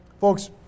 folks